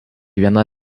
viena